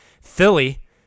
Philly